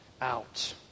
out